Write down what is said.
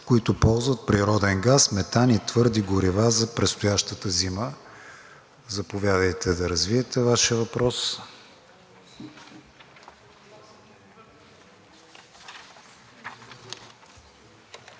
които ползват природен газ, метан и твърди горива за предстоящата зима. Заповядайте да развиете Вашия въпрос.